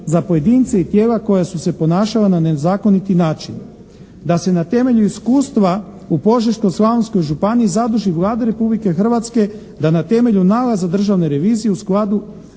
za pojedince i tijela koja su se ponašala na nezakoniti način. Da se na temelju iskustva u Požeško-slavonskoj županiji zaduži Vlada Republike Hrvatske da na temelju nalaza državne revizije u skladu